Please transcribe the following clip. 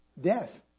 Death